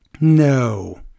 No